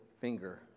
finger